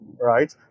right